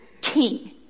king